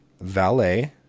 valet